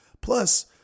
Plus